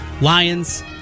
Lions